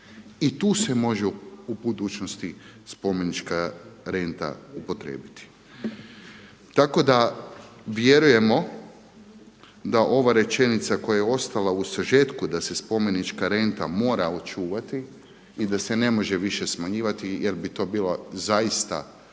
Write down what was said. I tu se može u budućnosti spomenička renta upotrijebiti. Tako da vjerujemo da ova rečenica koja je ostala u sažetku da se spomenička renta mora očuvati i da se ne može više smanjivati jer bi to bilo zaista sa